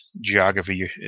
geography